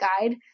guide